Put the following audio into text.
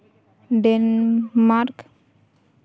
Denmark